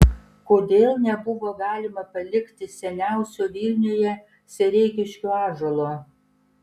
kodėl nebuvo galima palikti seniausio vilniuje sereikiškių ąžuolo